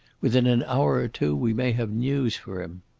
within an hour or two we may have news for him.